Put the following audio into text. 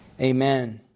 Amen